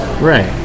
right